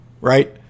right